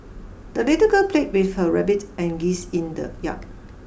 the little girl played with her rabbit and geese in the yard